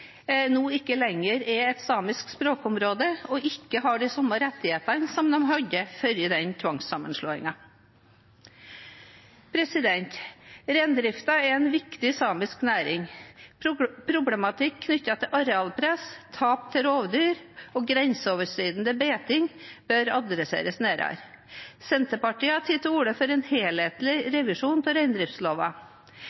nå ikke lenger er et samisk språkområde, og ikke har de samme rettighetene som de hadde før den tvangssammenslåingen. Reindriften er en viktig samisk næring. Problematikk knyttet til arealpress, tap til rovdyr og grenseoverskridende beiting bør ses nærmere på. Senterpartiet har tatt til orde for en helhetlig